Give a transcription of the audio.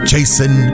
Jason